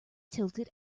tilted